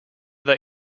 that